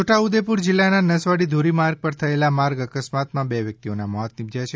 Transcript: છોટા ઉદ્દેપુર જિલ્લાના નસવાડી ધોરીમાર્ગ પર થયેલા માર્ગ અકસ્માતમાં બે વ્યક્તિઓના મોત નિપજ્યા છે